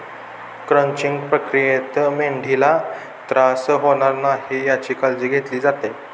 crunching प्रक्रियेत मेंढीला त्रास होणार नाही याची काळजी घेतली जाते